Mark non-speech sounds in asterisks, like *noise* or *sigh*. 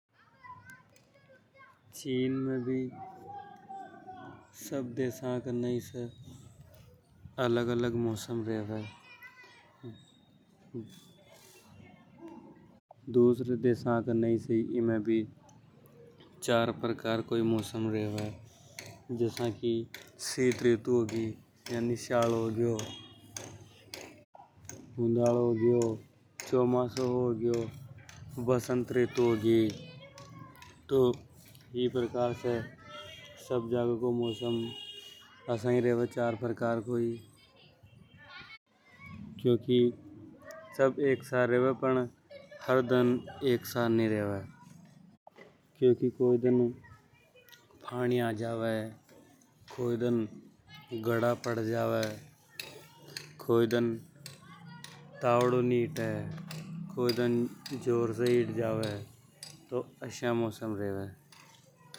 चीन में भी सब देशा के नई से अलग अलग मौसम रेवे। *noise* दूसरा देशना की तरह ही या भी चार प्रकार को मौसम रेवे। जसा की शीत ऋतु होगी, श्याला, उंडाला, होगया चौमासो ह्यूगो बसंत ऋतु होगी। *noise* तो ई प्रकार से सब जागे को मौसम चार प्रकार को ही रेवे। क्योंकि सब दन एक सार नि रेवे कोई दन पाणी आ जावे तो कोई दन गढ़ा पड़ जावे। *noise* तो कोई दन तावड़ो नि हीते तो कोई दन जोर से हिट जावे। तो आश्या को मौसम रेवे।